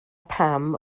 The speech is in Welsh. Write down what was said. pam